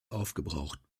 aufgebraucht